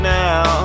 now